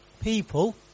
people